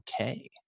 okay